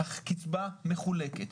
הקצבה מוחלקת,